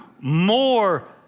more